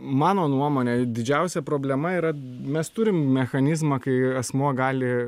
mano nuomone didžiausia problema yra mes turim mechanizmą kai asmuo gali